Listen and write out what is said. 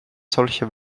solche